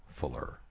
Fuller